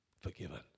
forgiven